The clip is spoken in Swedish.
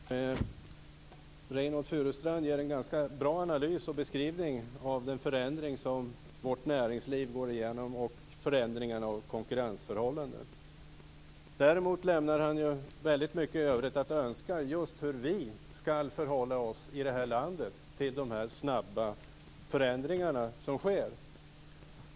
Fru talman! Reynoldh Furustrand ger en ganska bra analys och beskrivning av den förändring som vårt näringsliv går igenom och förändringarna av konkurrensförhållandena. Däremot lämnar han väldigt mycket i övrigt att önska om hur just vi i det här landet skall förhålla oss till de snabba förändringar som sker.